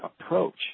approach